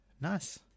Nice